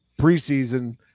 preseason